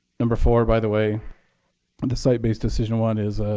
number four, by the way, on the site-based decision one is